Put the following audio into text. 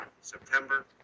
September